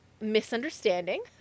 misunderstanding